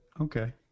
okay